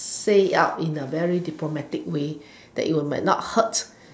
say it out in a very diplomatic way that it might not hurt